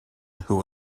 who